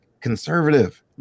conservative